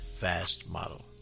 fastmodel